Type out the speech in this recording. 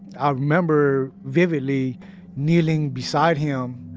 ah remember vividly kneeling beside him